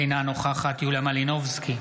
אינה נוכחת יוליה מלינובסקי,